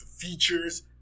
Features